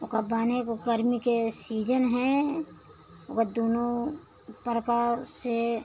ओका बान्हे को गर्मी के सीजन हैं ओका दूनो प्रकार से